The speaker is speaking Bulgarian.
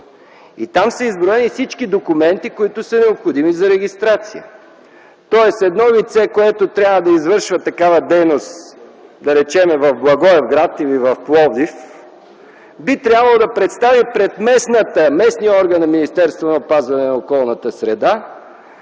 И там са изброени всички документи, които са необходими за регистрация, тоест едно лице, което трябва да извършва такава дейност, да речем, в Благоевград или в Пловдив, би трябвало да представи пред местния орган на Министерството на опазване на околната среда